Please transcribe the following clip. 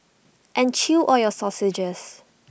and chew all your sausages